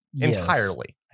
entirely